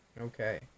Okay